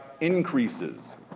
increases